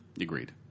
Agreed